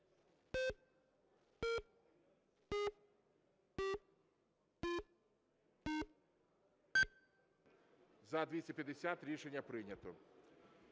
За-270 Рішення прийнято.